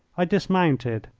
i dismounted,